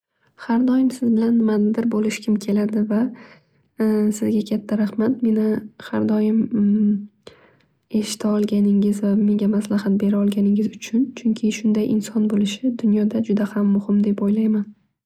Har doim siz bilan nimanidir bo'lishgim keladi va sizga katta rahmat meni har doim eshita olganingiz va menga maslahat beraolganingiz uchun. Chunki shunday inson bo'lishi dunyoda juda ham muhim deb o'ylayman.